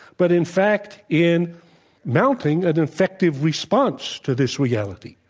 but in fact in mounting an effective response to this reality.